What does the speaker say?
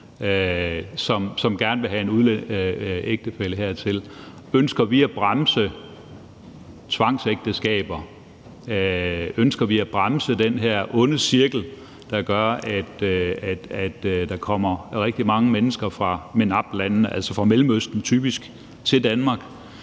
som gerne vil have en udenlandsk ægtefælle hertil. Ønsker vi at bremse tvangsægteskaber? Ønsker vi at bremse den her onde cirkel, der gør, at der kommer rigtig mange mennesker fra MENAPT-landene, altså typisk fra Mellemøsten, til Danmark?